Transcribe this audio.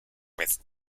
with